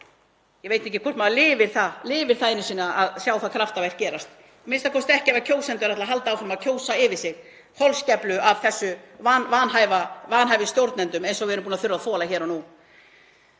Ég veit ekki hvort maður lifir það einu sinni að sjá það kraftaverk gerast, a.m.k. ekki ef kjósendur ætla að halda áfram að kjósa yfir sig holskeflu af þessum vanhæfu stjórnendum eins og við erum búin að þurfa að þola hér og nú.